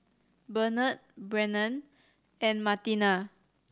Benard Brennan and Martina